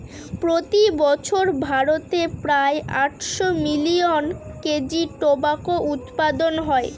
প্রতি বছর ভারতে প্রায় আটশো মিলিয়ন কেজি টোবাকো উৎপাদন হয়